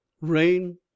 rain